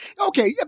Okay